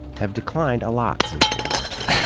have declined a lot since world war two.